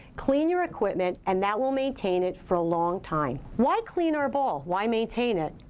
clean your equipment and that will maintain it for a long time. why clean our ball? why maintain it?